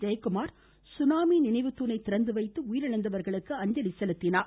Jayakumar tsunami நினைவுத்தூணை திறந்துவைத்து உயிரிழந்தவர்களுக்கு அஞ்சலி செலுத்தினார்